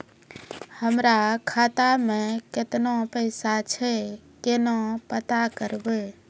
हमरा खाता मे केतना पैसा छै, केना पता करबै?